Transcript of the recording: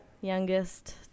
Youngest